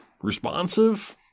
responsive